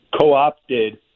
co-opted